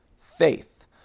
faith